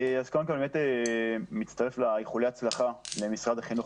קודם כל אני באמת מצטרף לאיחולי ההצלחה למשרד החינוך,